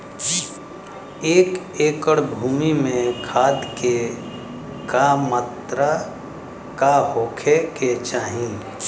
एक एकड़ भूमि में खाद के का मात्रा का होखे के चाही?